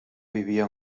vivia